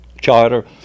Charter